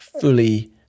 fully